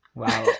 wow